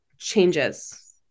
changes